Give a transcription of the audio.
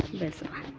ᱵᱮᱥᱚᱜᱼᱟ